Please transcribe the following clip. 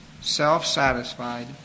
self-satisfied